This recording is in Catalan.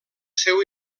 seu